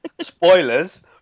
Spoilers